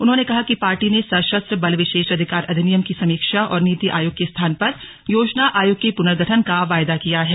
उन्होंने कहा कि पार्टी ने सशस्त्र बल विशेष अधिकार अधिनियम की समीक्षा और नीति आयोग के स्थान पर योजना आयोग के पुनर्गठन का वायदा किया है